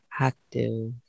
Active